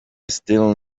still